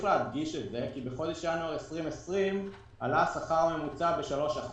להדגיש את זה כי בחודש ינואר 2020 עלה השכר הממוצע ב-3%,